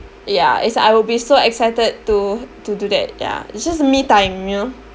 ya it's like I will be so excited to to do that yeah it's just me time you know